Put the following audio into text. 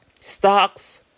stocks